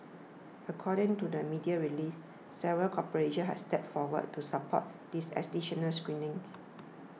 according to the media release several corporations have stepped forward to support these additional screenings